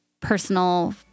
personal